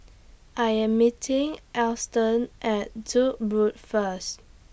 I Am meeting Alston At Duke's Road First